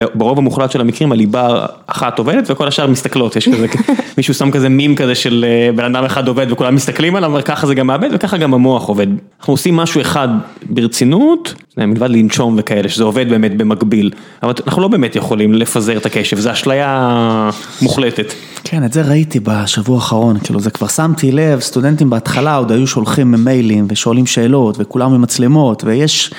ברוב המוחלט של המקרים הליבה אחת עובדת וכל השאר מסתכלות יש כזה מישהו שם כזה מים כזה של בן אדם אחד עובד וכולם מסתכלים עליו וככה זה גם עובד וככה גם המוח עובד. עושים משהו אחד ברצינות, מלבד לנשום וכאלה שזה עובד באמת במקביל אבל אנחנו לא באמת יכולים לפזר את הקשב זה אשליה מוחלטת. כן את זה ראיתי בשבוע האחרון כאילו זה כבר שמתי לב סטודנטים בהתחלה עוד היו שולחים מיילים ושואלים שאלות וכולם עם מצלמות ויש.